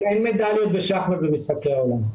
אין מדליות בשחמט במשחקי עולם.